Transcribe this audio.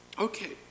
Okay